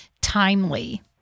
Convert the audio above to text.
timely